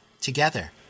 together